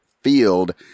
field